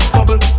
Bubble